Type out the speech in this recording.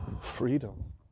freedom